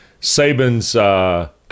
Saban's